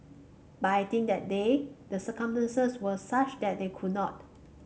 but I think that day the circumstances were such that they could not